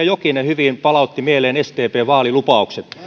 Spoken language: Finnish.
jokinen hyvin palautti mieleen sdpn vaalilupaukset